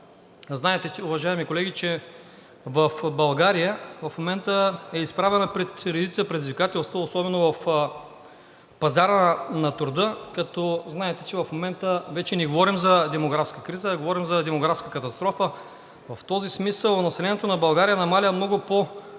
Знаете, уважаеми колеги, че България в момента е изправена пред редица предизвикателства, особено на пазара на труда. Знаете, че в момента вече не говорим за демографска криза, а за демографска катастрофа. В този смисъл населението на България намалява много по-бързо,